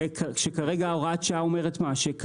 שכרגע הוראת שעה אומרת מה?